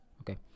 Okay